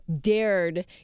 dared